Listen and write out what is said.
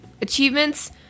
achievements